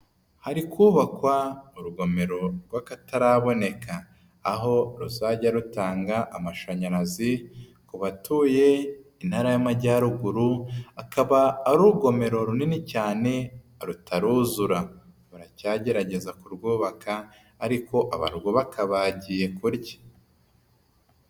Hari kubakwa urugomero rw'akataraboneka, aho ruzajya rutanga amashanyarazi ku batuye Intara y'Amajyaruguru, akaba ari urugomero runini cyane rutaruzura, baracyagerageza kurwubaka ariko abarwubaka bagiye kurya.